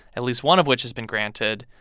at least one of which has been granted.